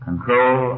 Control